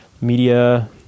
Media